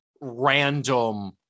random